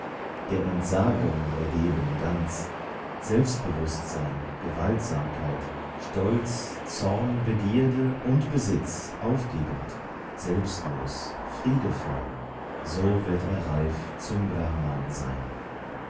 der entsagung ergeben ganz selbstbewußtsein gewaltsamkeit stolz zorn begierde und besitz aufgebend selbstlos friedevoll so wird er reif zum brahman sein